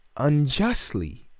unjustly